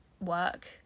work